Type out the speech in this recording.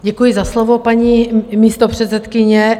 Děkuji za slovo, paní místopředsedkyně.